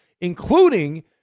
including